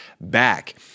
back